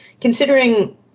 considering